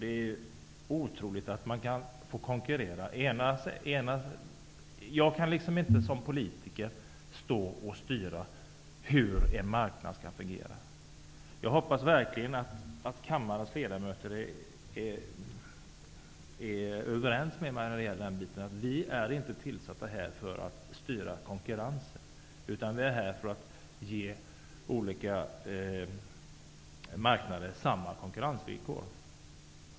Det är otroligt att man får konkurrera på de villkoren. Men jag som politiker kan inte styra hur en marknad skall fungera. Därför hoppas jag verkligen att kammarens ledamöter är överens med mig om att vi inte är tillsatta för att styra konkurrensen. I stället är det en uppgift för oss politiker här att ge olika marknader samma konkurrensvillkor.